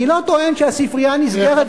אני לא טוען שהספרייה נסגרת,